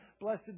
Blessed